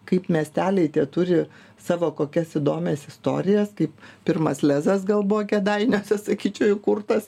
kaip miesteliai turi savo kokias įdomias istorijas kaip pirmas lezas gal buvo kėdainiuose sakyčiau įkurtas